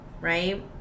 right